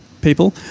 people